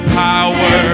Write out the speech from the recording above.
power